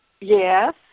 Yes